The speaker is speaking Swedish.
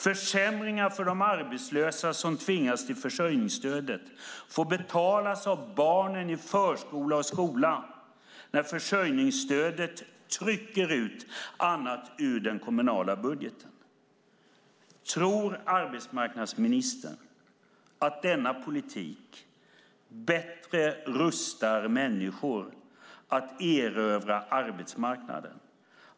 Försämringar för de arbetslösa som tvingas till försörjningsstöd får betalas av barnen i förskola och skola när försörjningsstödet trycker ut annat ur den kommunala budgeten. Tror arbetsmarknadsministern att denna politik bättre rustar människor att erövra arbetsmarknaden?